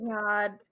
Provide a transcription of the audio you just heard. God